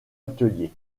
atelier